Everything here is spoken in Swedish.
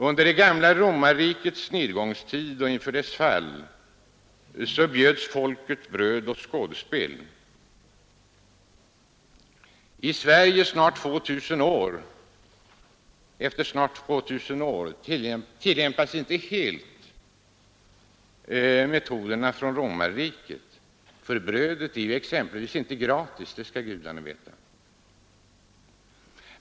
Under det gamla romarrikets nedgångstid och inför dess fall bjöds folket bröd och skådespel. I Sverige snart 2 000 år senare tillämpas inte helt metoderna från romarriket, för brödet är exempelvis inte gratis — det skall gudarna veta.